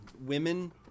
women